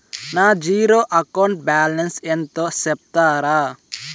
నా zero account balance ఎంతో సెప్తారా?